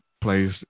plays